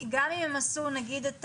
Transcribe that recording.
גם אם הם עשו אנטיגן,